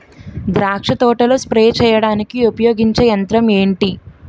ద్రాక్ష తోటలో స్ప్రే చేయడానికి ఉపయోగించే యంత్రం ఎంటి?